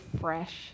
fresh